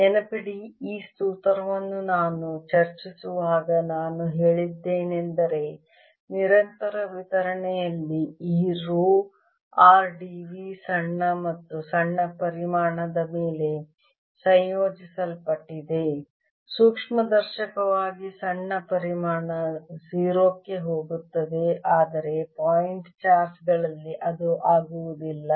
ನೆನಪಿಡಿ ಈ ಸೂತ್ರವನ್ನು ನಾನು ಚರ್ಚಿಸುವಾಗ ನಾನು ಹೇಳಿದ್ದೇನೆಂದರೆ ನಿರಂತರ ವಿತರಣೆಯಲ್ಲಿ ಈ ರೋ r d v ಸಣ್ಣ ಮತ್ತು ಸಣ್ಣ ಪರಿಮಾಣದ ಮೇಲೆ ಸಂಯೋಜಿಸಲ್ಪಟ್ಟಿದೆ ಸೂಕ್ಷ್ಮದರ್ಶಕವಾಗಿ ಸಣ್ಣ ಪರಿಮಾಣ 0 ಕ್ಕೆ ಹೋಗುತ್ತದೆ ಆದರೆ ಪಾಯಿಂಟ್ ಚಾರ್ಜ್ ಗಳಲ್ಲಿ ಅದು ಆಗುವುದಿಲ್ಲ